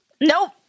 Nope